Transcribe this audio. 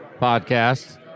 podcast